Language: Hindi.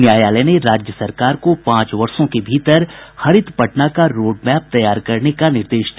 न्यायालय ने राज्य सरकार को पांच वर्षो के भीतर हरित पटना का रोड मैप तैयार करने का निर्देश दिया